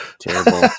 Terrible